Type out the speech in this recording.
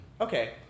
Okay